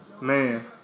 Man